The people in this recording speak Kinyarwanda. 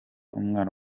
umwana